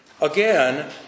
Again